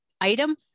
item